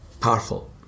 powerful